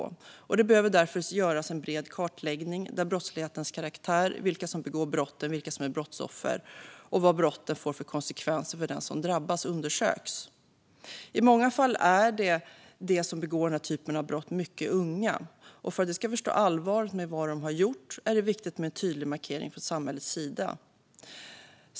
Det behöver därför göras en bred kartläggning av brottslighetens karaktär, vilka som begår brotten, vilka som är brottsoffer och vad brotten får för konsekvenser för dem som drabbas. I många fall är de som begår den typen av brott mycket unga. För att de ska förstå allvaret i vad de har gjort är det viktigt med en tydlig markering från samhällets sida.